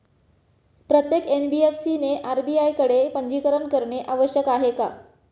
प्रत्येक एन.बी.एफ.सी ने आर.बी.आय कडे पंजीकरण करणे आवश्यक आहे का?